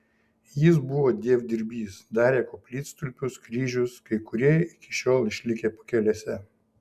jis buvo dievdirbys darė koplytstulpius kryžius kai kurie iki šiol išlikę pakelėse